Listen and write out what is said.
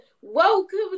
welcome